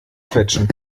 quetschen